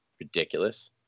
ridiculous